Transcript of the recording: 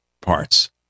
parts